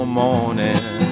morning